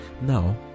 Now